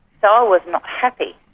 so i was not happy.